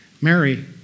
Mary